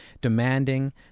demanding